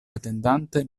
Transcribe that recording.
atendante